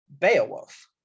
Beowulf